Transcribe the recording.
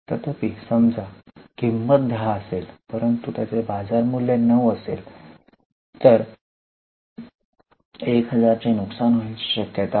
तथापि समजा किंमत 10 असेल परंतु बाजार मूल्य 9000 असेल तर 1000 चे नुकसान होण्याची शक्यता आहे